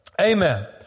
Amen